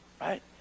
right